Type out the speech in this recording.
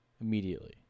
immediately